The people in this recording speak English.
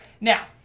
Now